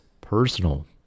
personal